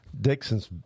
Dixon's